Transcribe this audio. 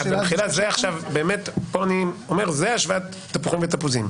זה עכשיו, פה אני אומר, זה השוואת תפוחים ותפוזים.